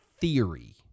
theory